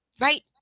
right